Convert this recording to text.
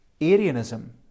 Arianism